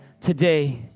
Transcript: Today